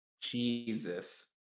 jesus